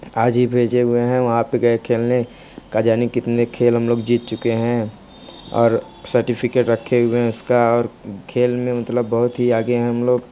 आज भी भेजे हुए हैं वहाँ पे गए खेलने का जाने कितने खेल हम लोग जीत चुके हैं और सर्टिफिकेट रखे हुए हैं उसका और खेल में मतलब बहुत ही आगे हैं हम लोग